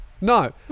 No